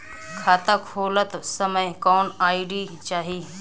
खाता खोलत समय कौन आई.डी चाही?